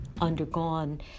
undergone